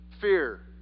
fear